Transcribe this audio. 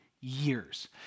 years